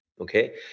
Okay